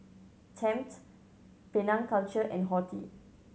Tempt Penang Culture and Horti